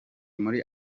muri